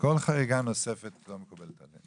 כל חריגה נוספת לא מקובלת.